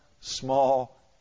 small